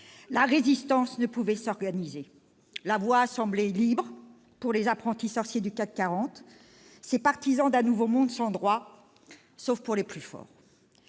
la résistance ne pouvait pas s'organiser. La voie semblait libre pour les apprentis sorciers du CAC40, ces partisans d'un nouveau monde sans droits, sauf pour les plus forts.